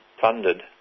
funded